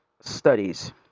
studies